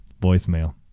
voicemail